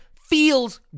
feels